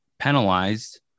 penalized